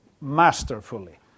masterfully